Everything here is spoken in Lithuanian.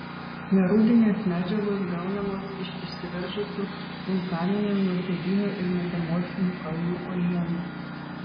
nerūdinės medžiagos gaunamos iš išsiveržusių vulkaninių nuosėdinių ir metamorfinių kalnų uolienų